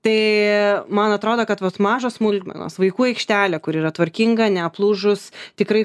tai man atrodo kad vos mažos smulkmenos vaikų aikštelė kuri yra tvarkinga neaplūžus tikrai